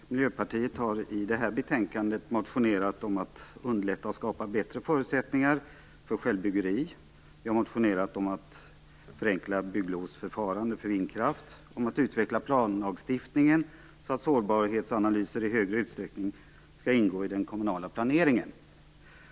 Fru talman! Miljöpartiet har i det här betänkandet motioner som handlar om att underlätta och skapa bättre förutsättningar för självbyggeri. Vi har motionerat om förenklat bygglovsförfarande för vindkraft, om att utveckla planlagstiftningen så att sårbarhetsanalyser i större utsträckning skall ingå i den kommunala planeringen.